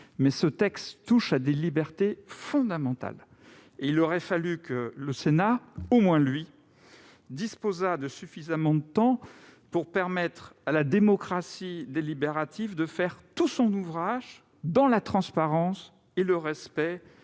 mais il touche également à des libertés fondamentales. Il aurait donc fallu que le Sénat- lui, au moins ! -disposât de suffisamment de temps pour permettre à la démocratie délibérative de faire tout son ouvrage, dans la transparence et dans le respect